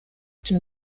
den